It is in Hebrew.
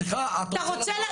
סליחה, את רוצה לבוא?